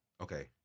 Okay